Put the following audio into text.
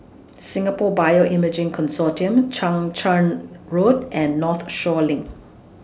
Singapore Bioimaging Consortium Chang Charn Road and Northshore LINK